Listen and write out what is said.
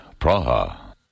Praha. (